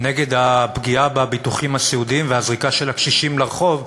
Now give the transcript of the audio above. נגד הפגיעה בביטוחים הסיעודיים והזריקה של קשישים לרחוב,